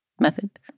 method